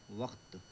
وقت